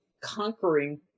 conquering